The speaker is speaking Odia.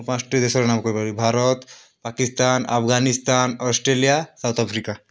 ମୁଁ ପାଞ୍ଚଟି ଦେଶର ନାମ କହିପାରିବି Bharat Pakistan Afghanistan Australia South Africa